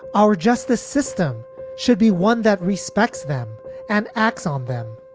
our justice system should be one that respects them and acts on them.